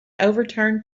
overturned